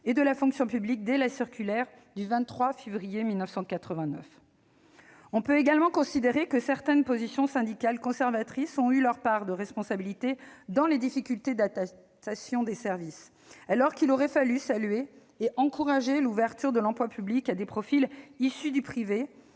et de la fonction publique, dès la circulaire du 23 février 1989. On peut également considérer que certaines positions syndicales conservatrices ont eu leur part de responsabilité dans les difficultés d'adaptation des services : alors qu'il aurait fallu saluer et encourager l'ouverture de l'emploi public à des profils issus du privé,